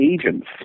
agents